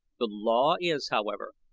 the law is, however,